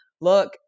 look